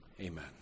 amen